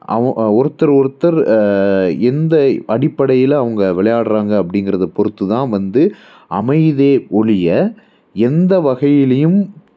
அவ் ஆ ஒருத்தர் ஒருத்தர் எந்த அடிப்படையில் அவங்க விளையாடுகிறாங்க அப்படிங்கறத பொறுத்து தான் வந்து அமையுதே ஒழிய எந்த வகையிலேயும்